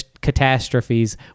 catastrophes